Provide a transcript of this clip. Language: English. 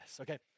okay